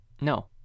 No